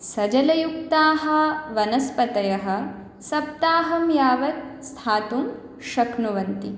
सजलयुक्ताः वनस्पतयः सप्ताहं यावत् स्थातुं शक्नुवन्ति